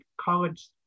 college